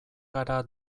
gara